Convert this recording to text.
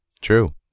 True